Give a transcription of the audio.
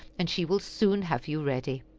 and she will soon have you ready.